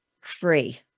free